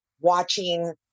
watching